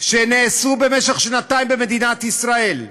שנעשו במשך שנתיים במדינת ישראל,